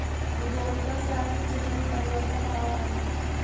उद्यमिता से आर्थिक क्षेत्र में परिवर्तन आवऽ हई